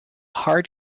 hard